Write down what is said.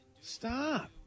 Stop